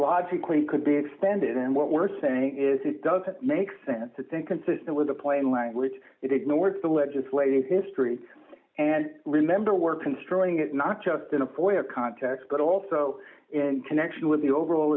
logically could be extended and what we're saying is it doesn't make sense to think consistent with a plain language it ignores the legislative history and remember we're construing it not just in a poirot context but also in connection with the overall